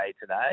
today